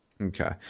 okay